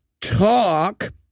talk